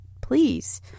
please